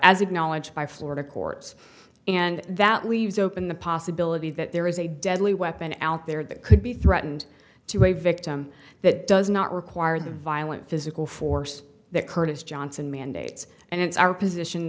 acknowledged by florida courts and that leaves open the possibility that there is a deadly weapon at there that could be threatened to a victim that does not require the violent physical force that curtis johnson mandates and it's our position